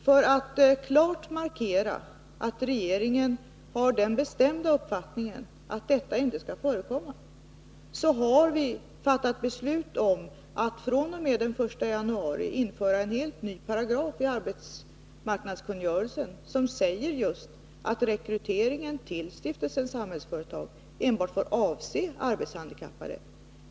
För att klart markera att regeringen har den bestämda uppfattningen att detta inte skall förekomma har vi fattat beslut om att fr.o.m. den 1 januari införa en helt ny paragraf i arbetsmarknadskungörelsen, där det sägs att rekryteringen till Stiftelsen Samhällsföretag enbart får avse arbetshandikappade.